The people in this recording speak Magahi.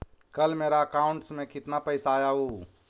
कल मेरा अकाउंटस में कितना पैसा आया ऊ?